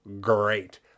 great